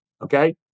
Okay